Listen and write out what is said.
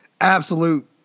absolute